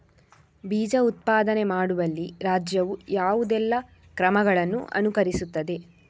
ಬೀಜ ಉತ್ಪಾದನೆ ಮಾಡುವಲ್ಲಿ ರಾಜ್ಯವು ಯಾವುದೆಲ್ಲ ಕ್ರಮಗಳನ್ನು ಅನುಕರಿಸುತ್ತದೆ?